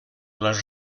les